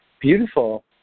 Beautiful